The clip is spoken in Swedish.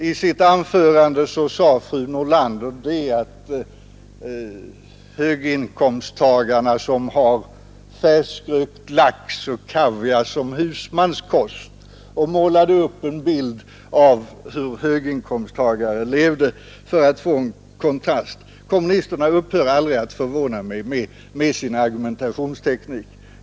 I sitt anförande talade fru Nordlander om höginkomsttagarna, som har färskrökt lax och kaviar som husmanskost, och hon målade upp en bild av hur höginkomsttagarna lever. Kommunisterna upphör aldrig att förvåna mig med sin argumentationsteknik.